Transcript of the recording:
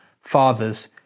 Fathers